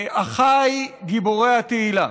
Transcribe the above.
אחיי גיבורי התהילה: